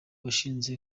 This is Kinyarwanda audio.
washinze